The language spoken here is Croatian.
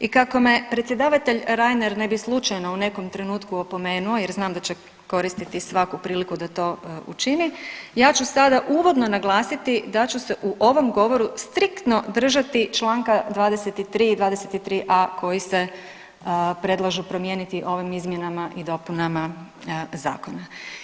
I kako me predsjedavatelj Reiner ne bi slučajno u nekom opomenuo jer znam da će koristiti svaku priliku da to učini ja ću sada uvodno naglasiti da ću se u ovom govoru striktno držati Članka 23. i 23a. koji se predlažu promijeniti ovim izmjenama i dopunama zakona.